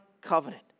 covenant